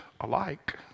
alike